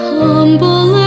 humble